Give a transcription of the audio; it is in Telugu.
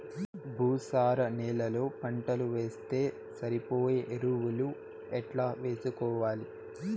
భూసార నేలలో పంటలు వేస్తే సరిపోయే ఎరువులు ఎట్లా వేసుకోవాలి?